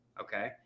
Okay